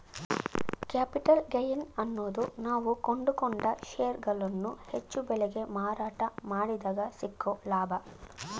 capital gain ಅನ್ನೋದು ನಾವು ಕೊಂಡುಕೊಂಡ ಷೇರುಗಳನ್ನು ಹೆಚ್ಚು ಬೆಲೆಗೆ ಮಾರಾಟ ಮಾಡಿದಗ ಸಿಕ್ಕೊ ಲಾಭ